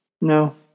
No